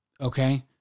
okay